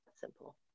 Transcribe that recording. simple